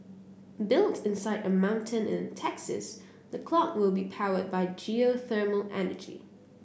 built inside a mountain in Texas the clock will be powered by geothermal energy